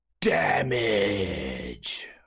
DAMAGE